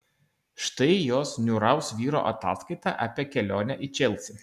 štai jos niūraus vyro ataskaita apie kelionę į čelsį